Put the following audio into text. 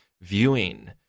viewing